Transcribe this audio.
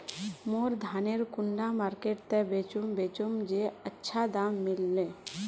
मोर धानेर कुंडा मार्केट त बेचुम बेचुम जे अच्छा दाम मिले?